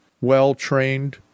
well-trained